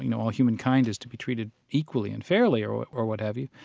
you know all humankind is to be treated equally and fairly or what or what have you,